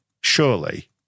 Surely